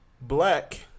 black